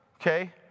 okay